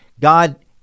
God